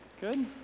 Good